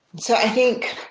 so i think,